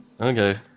okay